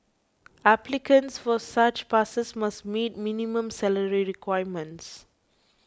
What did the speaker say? applicants for such passes must meet minimum salary requirements